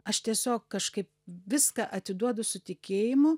aš tiesiog kažkaip viską atiduodu su tikėjimu